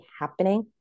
happening